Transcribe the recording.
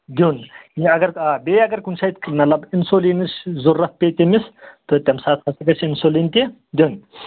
دیُٚن یا اگر بیٚیہِ اگر کُنہِ ساتہٕ اِنسولیٖن ییٚمِس ضروٗرت پیٚیہِ تٔمِس تہٕ تَمہِ ساتہٕ پَتہٕ گژھِ اِنسولیٖن تہِ دیُٚن